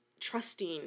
trusting